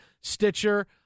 Stitcher